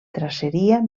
traceria